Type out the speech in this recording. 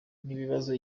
n’ibibazo